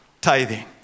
tithing